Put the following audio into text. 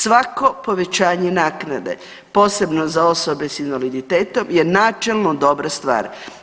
Svako povećanje naknade posebno za osobe sa invaliditetom je načelno dobra stvar.